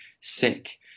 sick